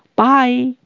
Bye